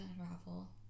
unravel